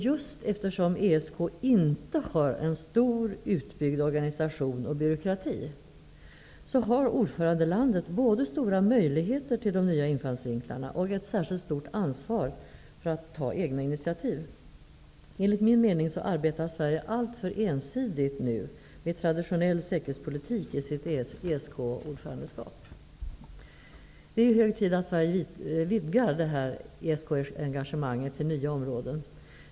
Just eftersom ESK inte har en stor utbyggd organisation och byråkrati, har ordförandelandet både stora möjligheter till nya infallsvinklar och ett särskilt stort ansvar till eget initiativ. Enligt min mening arbetar Sverige alltför ensidigt nu med traditionell säkerhetspolitik i sitt ESK ordförandeskap. Det är hög tid att Sverige vidgar sitt ESK-engagemang till nya områden.